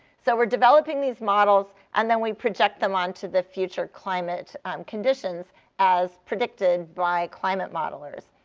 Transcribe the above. so we're developing these models, and then we project them onto the future climate um conditions as predicted by climate modelers.